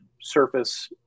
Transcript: surface